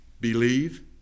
believe